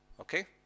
Okay